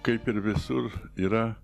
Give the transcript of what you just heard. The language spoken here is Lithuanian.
kaip ir visur yra